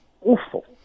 awful